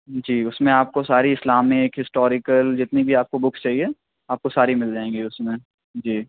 جی اُس میں آپ کو ساری اسلامک ہسٹورکل جتنی بھی آپ کو بکس چاہیے آپ کو ساری مل جائیں گی اُس میں جی